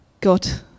God